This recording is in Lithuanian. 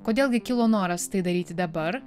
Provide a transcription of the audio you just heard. kodėl gi kilo noras tai daryti dabar